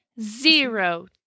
zero